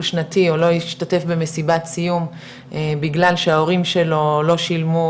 שנתי או לא ישתתף במסיבת סיום בגלל שההורים שלו לא שילמו